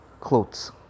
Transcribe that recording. clothes